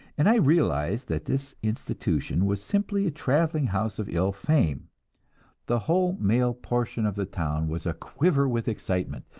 and i realized that this institution was simply a traveling house of ill fame the whole male portion of the town was a-quiver with excitement,